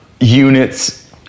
units